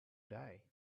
day